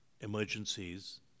emergencies